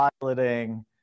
piloting